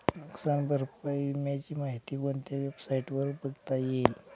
नुकसान भरपाई विम्याची माहिती कोणत्या वेबसाईटवर बघता येईल?